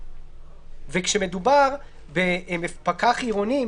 וכשמדובר בפקח עירוני,